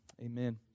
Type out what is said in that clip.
amen